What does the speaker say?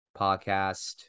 podcast